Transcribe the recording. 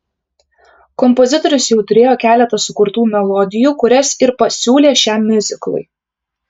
kompozitorius jau turėjo keletą sukurtų melodijų kurias ir pasiūlė šiam miuziklui